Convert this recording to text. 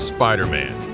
Spider-Man